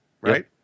right